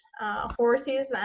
horses